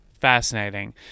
fascinating